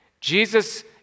Jesus